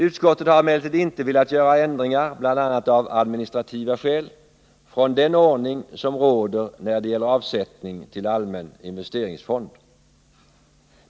Utskottet har emellertid inte velat göra ändringar, bl.a. av administrativa skäl, från den ordning som råder när det gäller avsättning till allmän investeringsfond.